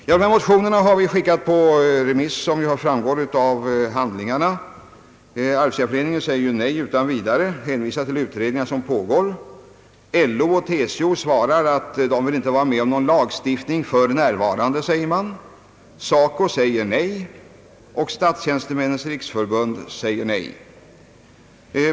Såsom framgår av utskottsutlåtandet har dessa motioner skickats på remiss. Arbetsgivareföreningen säger utan vi dare nej till motionsyrkandena och hänvisar till utredningar som pågår. LO och TCO svarar, att de inte vill vara med om någon lagstiftning för närvarande. SACO säger nej, liksom även Statstjänstemännens riksförbund.